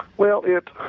well it,